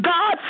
God